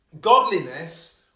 Godliness